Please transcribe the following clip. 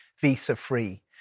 visa-free